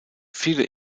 viele